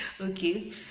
okay